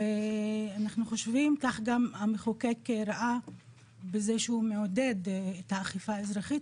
ואנחנו חושבים וכך גם המחוקק ראה בזה שהוא מעודד את האכיפה האזרחית,